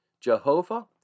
Jehovah